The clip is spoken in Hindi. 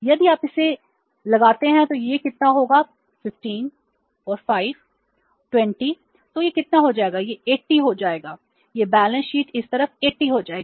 यदि आप इसे लगाते हैं तो यह कितना होगा 15 और 5 20 तो यह कितना हो जाएगा यह 80 हो जाएगा यह बैलेंस शीट इस तरफ 80 हो जाएगी